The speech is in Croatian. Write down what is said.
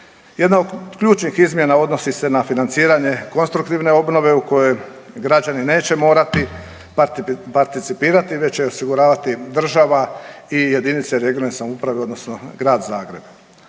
Jedna od ključnih izmjena odnosi se na financiranje konstruktivne obnove u kojoj građani neće morati participirati već će osiguravati država i jedinice regionalne samouprave, odnosno Grad Zagreb.